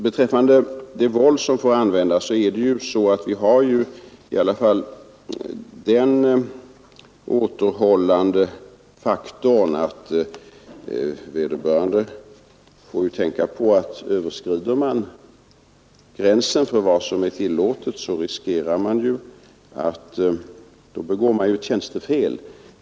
Beträffande det våld som får användas är det ju så, att vi har i alla fall den återhållande faktorn att vederbörande får tänka på att om man överskrider gränsen för vad som är tillåtet begår man tjänstefel.